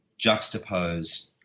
juxtapose